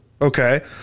Okay